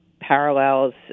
parallels